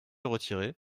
retiré